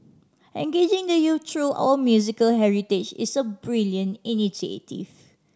engaging the youth through our musical heritage is a brilliant initiative